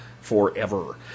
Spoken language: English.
forever